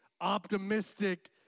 optimistic